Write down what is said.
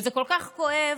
וזה כל כך כואב,